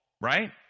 right